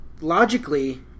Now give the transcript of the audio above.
Logically